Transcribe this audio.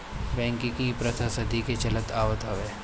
banking के इ प्रथा सदी के चलत आवत हवे